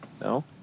No